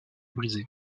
brisé